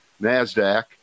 NASDAQ